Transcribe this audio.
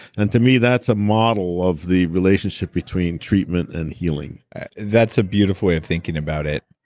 and to me, that's a model of the relationship between treatment and healing that's a beautiful way of thinking about it.